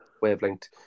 Wavelength